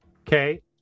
Okay